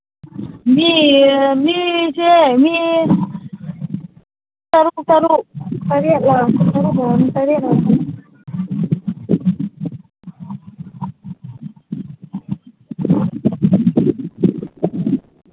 ꯃꯤ ꯃꯤꯁꯦ ꯃꯤ ꯇꯔꯨꯛ ꯇꯔꯨꯛ ꯇꯔꯦꯠꯂꯥ ꯇꯔꯦꯠ ꯑꯣꯏꯔꯝꯃꯅꯤ